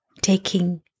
taking